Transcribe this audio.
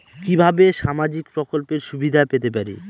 কিভাবে সামাজিক প্রকল্পের সুবিধা পেতে পারি?